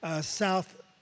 south